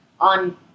on